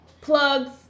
Plugs